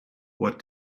what